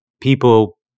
people